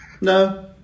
no